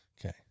Okay